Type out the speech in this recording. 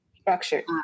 structured